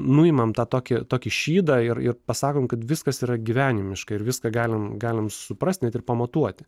nuimam tą tokį tokį šydą ir pasakom kad viskas yra gyvenimiška ir viską galim galim suprast net ir pamatuoti